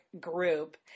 group